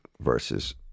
versus